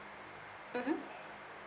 mmhmm